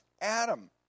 Adam